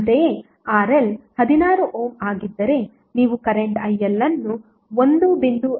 ಅಂತೆಯೇ RL 16 ohm ಆಗಿದ್ದರೆ ನೀವು ಕರೆಂಟ್ IL ಅನ್ನು 1